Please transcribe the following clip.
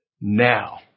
now